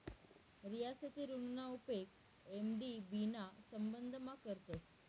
रियासती ऋणना उपेग एम.डी.बी ना संबंधमा करतस